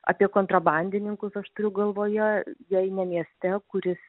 apie kontrabandininkus aš turiu galvoje jei ne mieste kuris